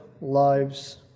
lives